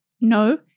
No